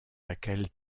laquelle